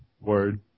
word